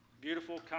beautiful